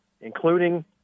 including